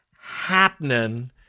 happening